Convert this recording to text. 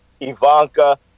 Ivanka